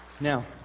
Now